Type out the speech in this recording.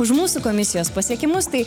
už mūsų komisijos pasiekimus tai